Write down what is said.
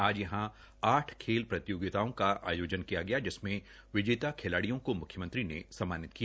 आज यहां आठ खेल प्रतियोगिताओं का आयोजन किया जिसमें विजेता खिलाब्रिमों को मुख्यमंत्री ने सम्मानित किया